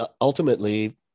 ultimately